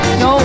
no